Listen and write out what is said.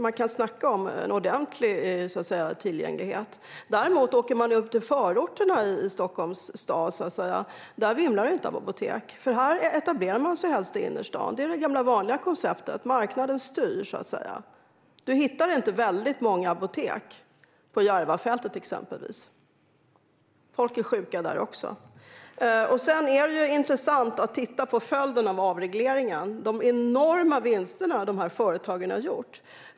Man kan snacka om en ordentlig tillgänglighet. Däremot vimlar det inte av apotek i Stockholms förorter, utan de etablerar sig helst i innerstan. Det är det gamla vanliga konceptet: Marknaden styr. Du hittar inte jättemånga apotek på Järvafältet, men folk är sjuka där också. Det är intressant att titta på följden av avregleringen och på de enorma vinster som dessa företag har gjort.